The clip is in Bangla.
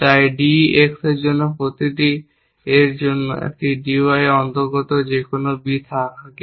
তাই d X এর প্রতিটি A এর জন্য যদি D Y এর অন্তর্গত কোনো B না থাকে